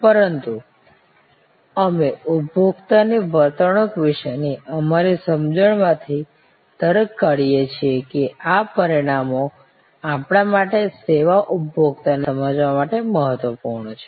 પરંતુ અમે ઉપભોક્તાની વર્તણૂક વિશેની અમારી સમજણ માંથી તર્ક કાઢીએ છીએ કે આ પરિમાણો આપણાં માટે સેવા ઉપભોક્તાને સમજવા માટે મહત્વપૂર્ણ છે